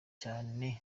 cyane